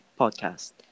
podcast